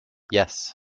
yes